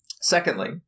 secondly